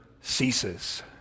ceases